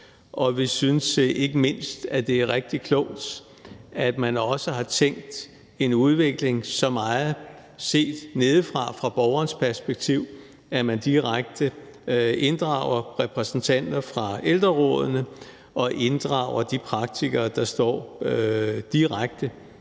og vi synes ikke mindst, at det er rigtig klogt, at man også har tænkt en udvikling så meget set nedefra fra borgerens perspektiv, at man direkte inddrager repræsentanter fra ældrerådene og inddrager de praktikere, der står direkte